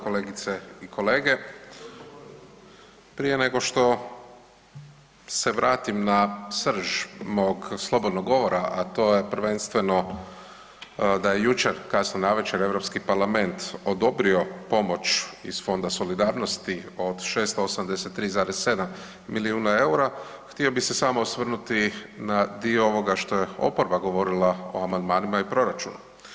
Kolegice i kolege, prije nego što se vratim na srž mog slobodnog govora, a to je prvenstveno da je jučer kasno navečer Europski parlament odobrio pomoć iz Fonda solidarnosti od 683,7 milijuna EUR-a htio bi se samo osvrnuti na dio ovoga što je oporba govorila o amandmanima i proračunu.